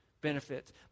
benefits